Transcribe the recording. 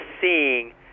seeing